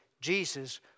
Jesus